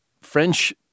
French